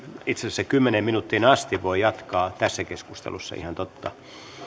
itse asiassa niin että kymmeneen minuuttiin asti voi jatkaa tässä keskustelussa ihan totta